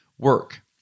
work